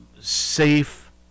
safe